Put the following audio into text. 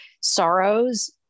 sorrows